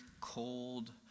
cold